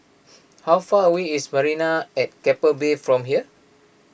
how far away is Marina at Keppel Bay from here